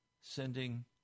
sending